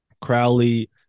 Crowley